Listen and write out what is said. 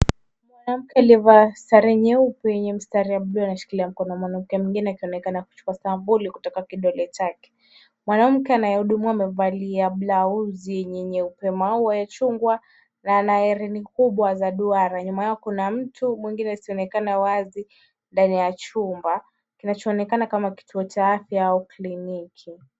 Mwanamke aliyevaa sare nyeupe yenye mistari ameshikilia mkono wa mwanamke mwingine akionekana akichukua sampuli kutoka kwa kidole chake. Mwanamke anaye hudumiwa amevalia blausi yenye nyeupe maua, machungwa na ana rinda kubwa za duara. Nyuma yao kuna mtu mwingine asiye onekana wazi ndani ya chumba kinacho onekana kama kituo cha afya au kliniki.